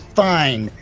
fine